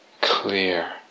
clear